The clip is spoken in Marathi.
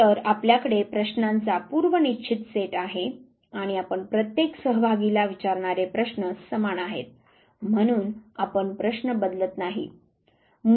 तर आपल्याकडे प्रश्नांचा पूर्वनिश्चित सेट आहे आणि आपण प्रत्येक सहभागीला विचारणारे प्रश्न समान आहेत म्हणून आपण प्रश्न बदलत नाही